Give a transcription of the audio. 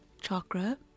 chakra